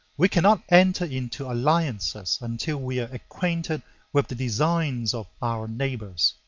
we cannot enter into alliances until we are acquainted with the designs of our neighbors.